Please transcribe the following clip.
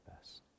best